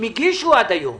אם הגישו עד היום.